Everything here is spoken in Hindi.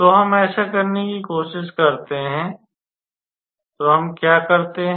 तो हम ऐसा करने की कोशिश करते हैं तो हम क्या करते हैं